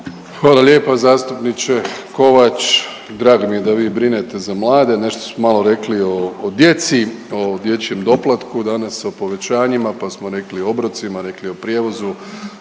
Hvala lijepo zastupniče Kovač. Drago mi je da vi brinete za mlade. Nešto smo malo rekli o djeci, o dječjem doplatku, danas o povećanjima pa smo rekli o obrocima, rekli o prijevozu,